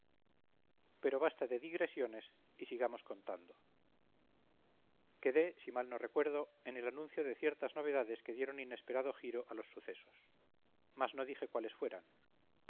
pero basta de digresiones y sigamos contando quedé si mal no recuerdo en el anuncio de ciertas novedades que dieron inesperado giro a los sucesos mas no dije cuáles fueran